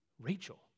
Rachel